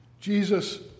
Jesus